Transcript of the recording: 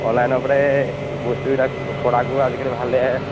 অনলাইনৰ ওপৰতে বস্তুবিলাক প্ৰডাক্টবোৰ আজিকালি ভালে